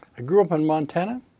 i grew up in montana.